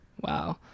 Wow